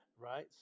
right